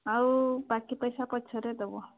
ଆଉ ବାକି ପଇସା ପଛରେ ଦବ